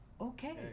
Okay